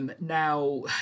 Now